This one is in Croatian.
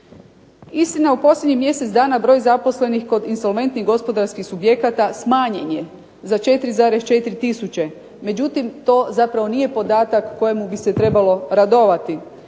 Istina, u posljednjih mjesec dana broj zaposlenih kod insolventnih gospodarskih subjekata smanjen je za 4,4 tisuće. Međutim, to zapravo nije podatak kojemu bi se trebalo radovati.